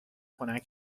خنک